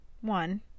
one